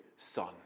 son